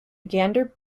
gander